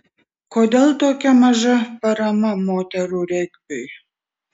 kodėl tokia maža parama moterų regbiui